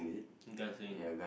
I'm cursing